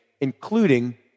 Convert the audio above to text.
including